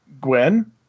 Gwen